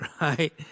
right